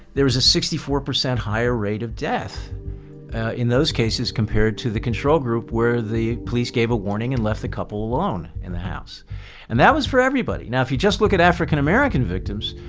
there is a sixty four percent higher rate of death in those cases compared to the control group where the police gave a warning and left the couple alone in the house and that was for everybody. now, if you just look at african-american victims,